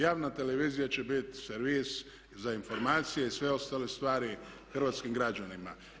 Javna televizija će biti servis za informacije i sve ostale stvari hrvatskim građanima.